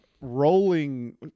rolling